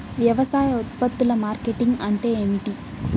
వ్యవసాయ ఉత్పత్తుల మార్కెటింగ్ అంటే ఏమిటి?